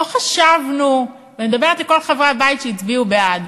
לא חשבנו, ואני מדברת לכל חברי הבית שהצביעו בעד,